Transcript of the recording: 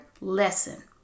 lesson